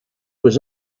was